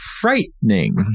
frightening